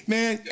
Man